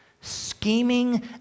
scheming